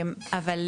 אבל,